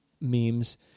memes